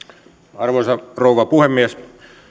arvoisa rouva puhemies